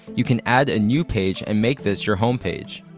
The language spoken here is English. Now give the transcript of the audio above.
you can add a new page and make this your home page.